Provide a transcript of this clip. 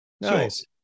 Nice